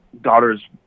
daughter's